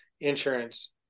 insurance